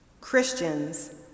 Christians